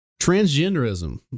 transgenderism